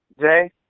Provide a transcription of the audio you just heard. Jay